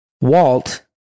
walt